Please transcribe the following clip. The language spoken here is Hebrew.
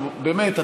באמת,